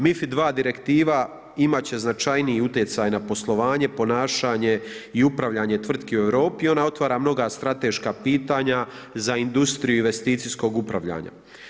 MiFID II direktiva imat će značajniji utjecaj na poslovanje, ponašanje i upravljanje tvrtki u Europi i ona otvara mnoga strateška pitanja za industriju investicijskog upravljanja.